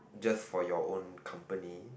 just for your own company